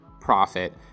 profit